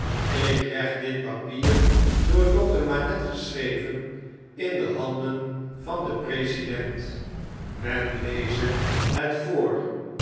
ik leg dit papier door dokter manette geschreven in de handen van den president men leze het voor